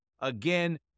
Again